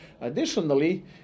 Additionally